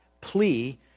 plea